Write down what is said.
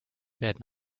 werden